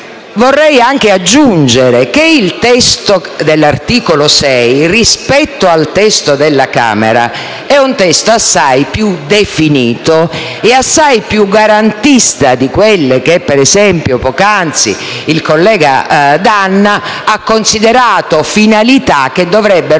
Vorrei anche aggiungere che il testo dell'articolo 6, rispetto a quello della Camera dei deputati, è assai più definito e assai più garantista di quelle che, ad esempio, poc'anzi il collega D'Anna ha considerato come finalità che - a suo